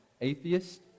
atheist